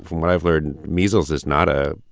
what i've learned, measles is not a